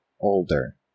older